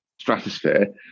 stratosphere